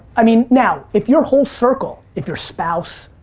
i mean, now, if your whole circle, if your spouse,